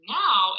now